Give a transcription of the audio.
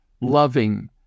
loving